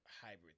Hybrid